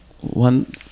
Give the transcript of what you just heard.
one